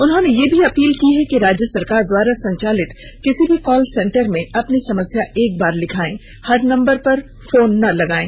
उन्होंने यह भी अपील की है कि राज्य सरकार द्वारा संचालित किसी भी कॉल सेंटर में अपनी समस्या एक बार लिखाएं हर नंबर पर फोन नहीं लगायें